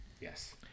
Yes